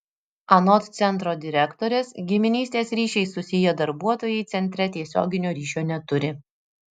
anot centro direktorės giminystės ryšiais susiję darbuotojai centre tiesioginio ryšio neturi